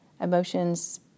Emotions